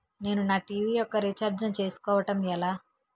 నేను నా టీ.వీ యెక్క రీఛార్జ్ ను చేసుకోవడం ఎలా?